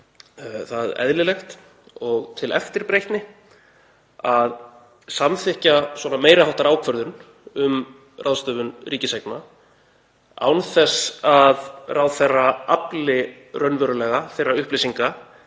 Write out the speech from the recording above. það eðlilegt og til eftirbreytni að samþykkja svona meiri háttar ákvörðun um ráðstöfun ríkiseigna án þess að ráðherra afli raunverulega þeirra upplýsinga